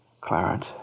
Clarence